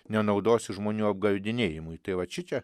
nenaudosi žmonių apgaudinėjimui tai va šičia